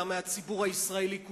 אלא מהציבור הישראלי כולו.